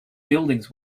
buildings